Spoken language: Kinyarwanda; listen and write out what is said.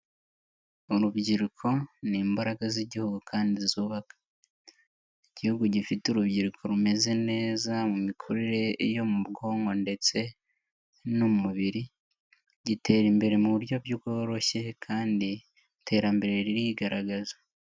Urubyiruko ni imbaraga z'igihugu kandi zubaka. Igihugu gifite urubyiruko rumeze neza mu mikurire yo mu bwonko ndetse n'umubiri, gitera imbere mu buryo bworoshye kandi iterambere ririgaragaza.